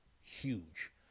huge